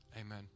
amen